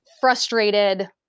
frustrated